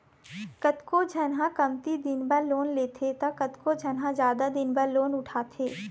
कतको झन ह कमती दिन बर लोन लेथे त कतको झन जादा दिन बर लोन उठाथे